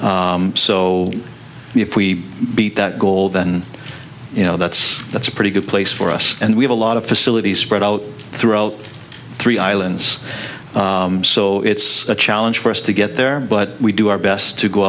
so if we beat that goal then you know that's that's a pretty good place for us and we have a lot of facilities spread out through all three islands so it's a challenge for us to get there but we do our best to go